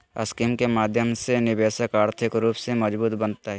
scheme के माध्यम से निवेशक आर्थिक रूप से मजबूत बनतय